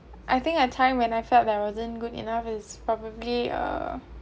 I think a time when I felt I wasn't good enough is probably uh